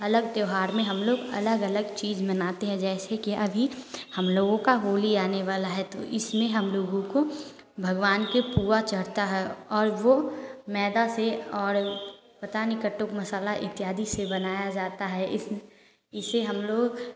अलग त्यौहार में हम लोग अलग अलग चीज़ बनाते हैं जैसे कि अभी हम लोगों का होली आने वाला है तो इसमें हम लोगों को भगवान के पुआ चढ़ता है और वो मैदा से और पता नहीं कट्टुक मसाला इत्यादि से बनाया जाता है इस इसे हम लोग